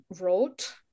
wrote